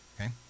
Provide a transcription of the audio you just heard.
Okay